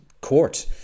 court